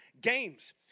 games